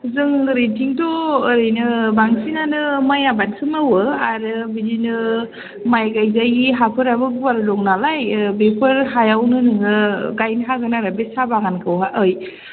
जों ओरैथिंथ' ओरैनो बांसिनानो माइ आबादसो मावो आरो बिदिनो माइ गायजायि हाफोराबो गुवार दं नालाय बेफोर हायावनो नोङो गायनो हागोन आरो बे साहा बागानखौ ओइ